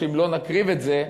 אם לא נקריב את זה,